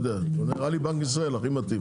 נראה לי בנק ישראל הכי מתאים,